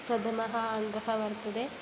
प्रथमः अङ्गः वर्तते